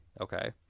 okay